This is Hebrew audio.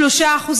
3%,